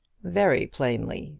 very plainly,